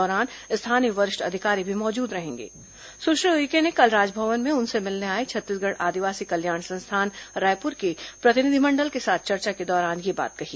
दौरान स्थानीय वरिष्ठ सुश्री उइके ने कल राजभवन में उनसे मिलने आए छत्तीसगढ़ आदिवासी कल्याण संस्थान रायपुर के प्रतिनिधिमण्डल के साथ चर्चा के दौरान यह बात कही